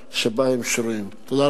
כלומר,